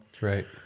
right